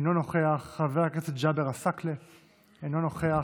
אינו נוכח, חבר הכנסת ג'אבר עסאקלה, אינו נוכח,